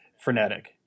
frenetic